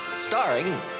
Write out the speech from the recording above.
Starring